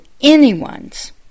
anyone's